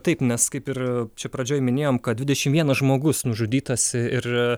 taip nes kaip ir čia pradžioj minėjom kad dvidešim vienas žmogus nužudytas ir